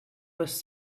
was